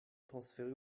transférer